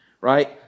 right